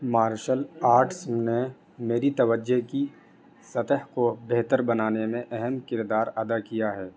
martial arts نے میری توجہ کی سطح کو بہتر بنانے میں اہم کردار ادا کیا ہے